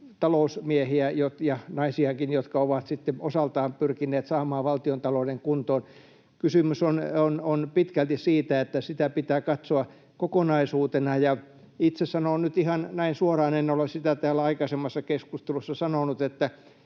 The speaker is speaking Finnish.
talousmiehiä ja -naisiakin, jotka ovat sitten osaltaan pyrkineet saamaan valtiontalouden kuntoon. Kysymys on pitkälti siitä, että sitä pitää katsoa kokonaisuutena. Itse sanon nyt ihan näin suoraan — en ole sitä täällä aikaisemmassa keskustelussa sanonut — että